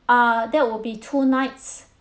uh that will be two nights